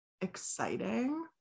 exciting